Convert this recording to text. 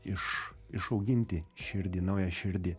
iš išauginti širdį naują širdį